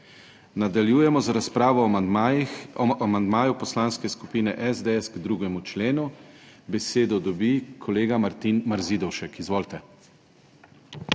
Nadaljujemo z razpravo o amandmaju Poslanske skupine SDS k 2. členu. Besedo dobi kolega Martin Marzidovšek. Izvolite.